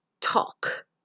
talk